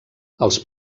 els